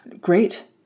great